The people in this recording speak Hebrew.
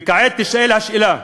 וכעת תישאל השאלה: